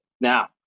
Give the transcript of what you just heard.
Now